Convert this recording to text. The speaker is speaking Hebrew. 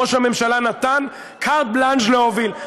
ראש הממשלה נתן carte blanche להוביל.